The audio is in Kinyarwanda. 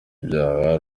ibyaha